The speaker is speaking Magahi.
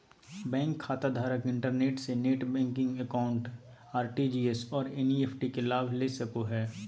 बैंक खाताधारक इंटरनेट से नेट बैंकिंग अकाउंट, आर.टी.जी.एस और एन.इ.एफ.टी के लाभ ले सको हइ